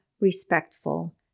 respectful